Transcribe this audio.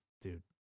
dude